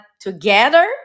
together